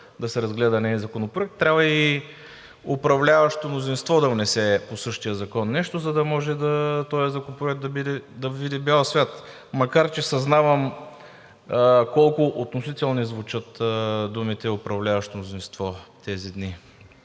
да се разгледа неин законопроект, трябва и управляващото мнозинство да внесе по същия закон нещо, за да може този законопроект да види бял свят, макар че съзнавам колко относително звучат думите „управляващо мнозинство“ тези дни.